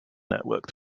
network